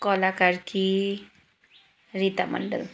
कला कार्की रीता मन्डल